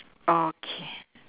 okay